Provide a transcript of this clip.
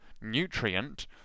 nutrient